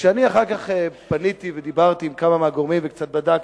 וכשאני אחר כך פניתי ודיברתי עם כמה מהגורמים וקצת בדקתי,